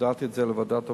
הודעתי את זה לוועדת העבודה,